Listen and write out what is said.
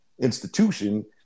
institution